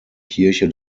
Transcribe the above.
kirche